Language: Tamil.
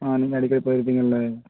ஆ நீங்கள் அடிக்கடி போயிருப்பீங்கள்லே